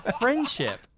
friendship